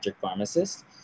pharmacist